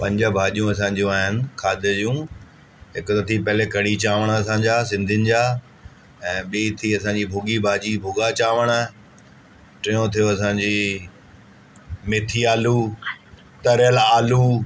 पंज भाॼियूं असांजियूं आहिनि खाधे जूं हिकु त थी पहले कढ़ी चांवर असांजा सिंधियुनि जा ऐं ॿी थी असांजी भुगी भाॼी भुगा चांवर टियो थियो असांजी मैथी आलू तरियलु आलू